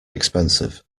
expensive